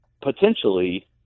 potentially